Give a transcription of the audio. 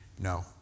no